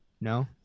No